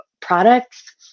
products